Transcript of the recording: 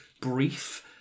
brief